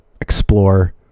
explore